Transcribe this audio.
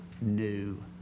new